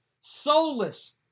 soulless